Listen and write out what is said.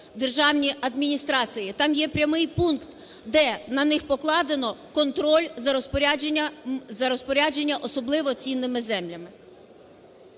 державні адміністрації". Там є прямий пункт, де на них покладено контроль за розпорядження особливо цінними землями.